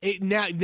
Now